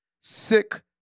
sick